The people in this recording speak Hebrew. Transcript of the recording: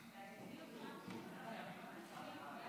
ההצעה להעביר את הצעת חוק ההתיישנות (תיקון,